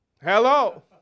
Hello